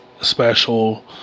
special